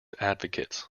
advocates